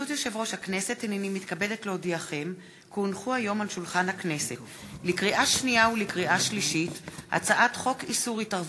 תוכן העניינים מסמכים שהונחו על שולחן הכנסת 5 מזכירת הכנסת ירדנה